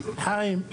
חיים,